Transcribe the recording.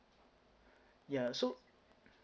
ya so